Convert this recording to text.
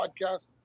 podcast